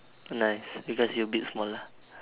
nice because you a bit smaller